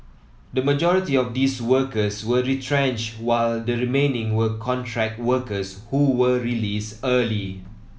the majority of these workers were retrenched while the remaining were contract workers who were released early